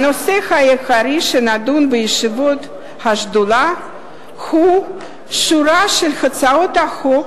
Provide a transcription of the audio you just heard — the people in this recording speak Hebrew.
הנושא העיקרי שנדון בישיבות השדולה הוא שורה של הצעות חוק